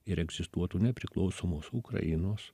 ir egzistuotų nepriklausomos ukrainos